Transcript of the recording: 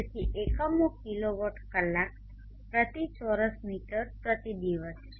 તેથી એકમો કિલોવોટ કલાક પ્રતિ ચોરસ મીટર પ્રતિ દિવસ છે